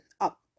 up